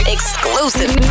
Exclusive